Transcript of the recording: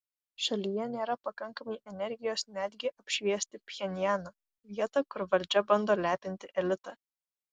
šalyje nėra pakankamai energijos netgi apšviesti pchenjaną vietą kur valdžia bando lepinti elitą